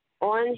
on